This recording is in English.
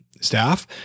staff